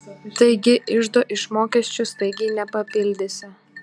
taigi iždo iš mokesčių staigiai nepapildysi